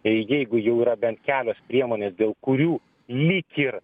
tai jeigu jau yra bent kelios priemonės dėl kurių lyg ir